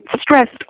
stressed